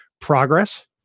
Progress